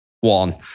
one